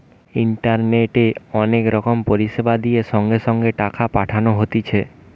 ইন্টারনেটে অনেক রকম পরিষেবা দিয়ে সঙ্গে সঙ্গে টাকা পাঠানো হতিছে